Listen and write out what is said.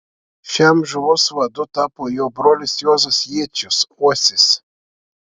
šiam žuvus vadu tapo jo brolis juozas jėčius uosis